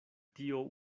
tio